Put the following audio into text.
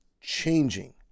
changing